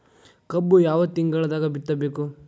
ಕಬ್ಬು ಯಾವ ತಿಂಗಳದಾಗ ಬಿತ್ತಬೇಕು?